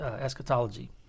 eschatology